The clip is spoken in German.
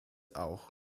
auch